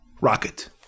rocket